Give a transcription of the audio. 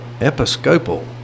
Episcopal